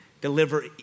Deliver